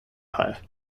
five